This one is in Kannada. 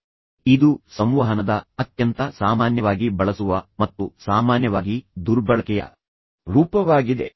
ನಾನು ಹೇಳುತ್ತಿರುವಂತೆ ಇದು ಸಂವಹನದ ಅತ್ಯಂತ ಸಾಮಾನ್ಯವಾಗಿ ಬಳಸುವ ಮತ್ತು ಸಾಮಾನ್ಯವಾಗಿ ದುರ್ಬಳಕೆಯ ರೂಪವಾಗಿದೆ